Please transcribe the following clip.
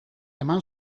eman